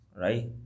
Right